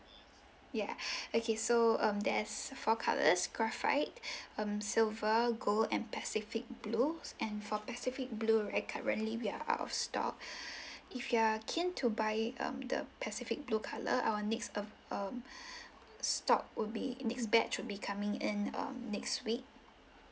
yeah okay so um there's four colours graphite um silver gold and pacific blue and for pacific blue right currently we are out of stock if you are keen to buy um the pacific blue colour our next um um stock would be this batch will be coming in um next week